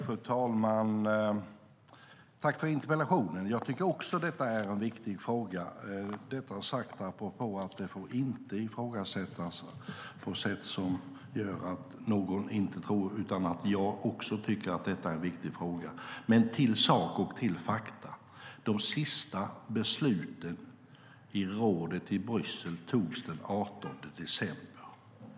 Fru talman! Jag tackar Jens Holm för interpellationen. Jag tycker också att detta är en viktig fråga. Det får inte ifrågasättas på sätt som gör att någon tror annat än att jag också tycker att detta är en viktig fråga. Men till saken och till fakta: De sista besluten i rådet i Bryssel fattades den 18 december.